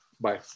Bye